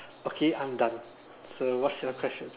okay I'm done so what's your question